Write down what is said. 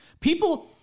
People